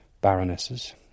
baronesses